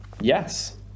yes